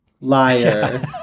liar